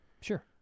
Sure